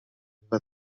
aveva